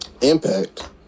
impact